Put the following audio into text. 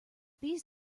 these